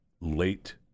late